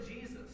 Jesus